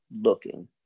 looking